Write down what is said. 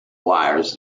wires